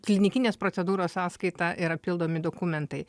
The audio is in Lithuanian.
klinikinės procedūros sąskaita yra pildomi dokumentai